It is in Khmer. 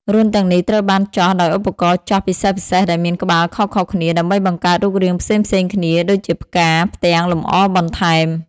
រន្ធទាំងនេះត្រូវបានចោះដោយឧបករណ៍ចោះពិសេសៗដែលមានក្បាលខុសៗគ្នាដើម្បីបង្កើតរូបរាងផ្សេងៗគ្នាដូចជាផ្កា ផ្ទាំងលម្អបន្ថែម។